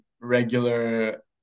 regular